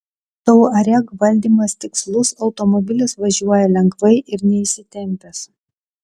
touareg valdymas tikslus automobilis važiuoja lengvai ir neįsitempęs